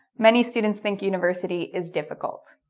many stuents think university is difficult.